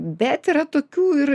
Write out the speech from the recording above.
bet yra tokių ir